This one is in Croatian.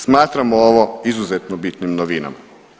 Smatramo ovo izuzetno bitnom novinom.